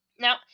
Now